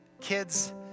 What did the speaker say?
Kids